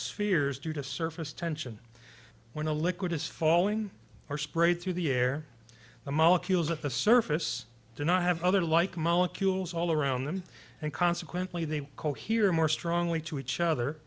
spheres due to surface tension when the liquid is falling or sprayed through the air the molecules at the surface do not have other like molecules all around them and consequently they cohere more strongly to each other